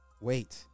wait